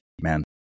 man